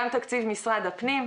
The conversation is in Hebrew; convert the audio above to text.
גם תקציב משרד הפנים,